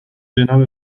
جناب